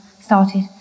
started